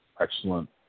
Excellent